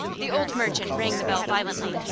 the old merchant rang the bell violently,